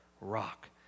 rock